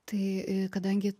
tai kadangi